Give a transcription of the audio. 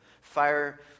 fire